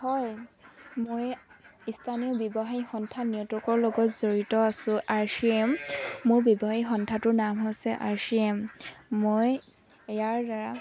হয় মই ইস্থানীয় ব্যৱসায়ী সন্থা নেটৱৰ্কৰ লগত জড়িত আছোঁ আৰ চি এম মোৰ ব্যৱসায়ী সন্থাটোৰ নাম হৈছে আৰ চি এম মই ইয়াৰ দ্বাৰা